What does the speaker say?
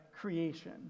creation